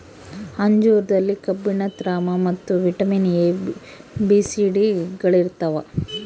ಅಂಜೂರದಲ್ಲಿ ಕಬ್ಬಿಣ ತಾಮ್ರ ಮತ್ತು vitamin A B C D ಗಳಿರ್ತಾವ